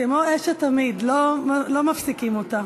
כמו אש התמיד, לא מפסיקים אותה.